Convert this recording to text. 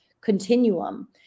continuum